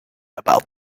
about